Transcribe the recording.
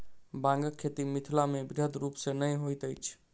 बांगक खेती मिथिलामे बृहद रूप सॅ नै होइत अछि